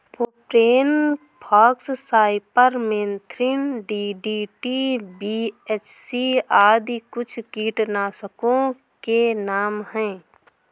propane fox, cypermethrin, DDT, BHC आदि कुछ कीटनाशकों के नाम हैं